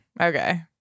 Okay